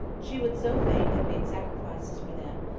she would so fain have made sacrifices for them,